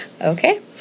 Okay